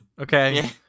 Okay